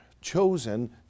chosen